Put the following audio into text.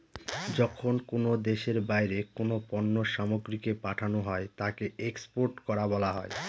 যখন কোনো দেশের বাইরে কোনো পণ্য সামগ্রীকে পাঠানো হয় তাকে এক্সপোর্ট করা বলা হয়